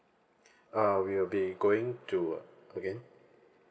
uh we'll be going to again